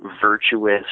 virtuous